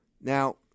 Now